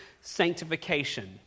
Sanctification